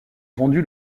vendu